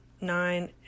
nine